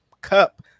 Cup